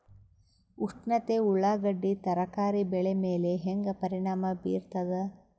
ಉಷ್ಣತೆ ಉಳ್ಳಾಗಡ್ಡಿ ತರಕಾರಿ ಬೆಳೆ ಮೇಲೆ ಹೇಂಗ ಪರಿಣಾಮ ಬೀರತದ?